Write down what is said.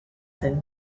zen